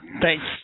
Thanks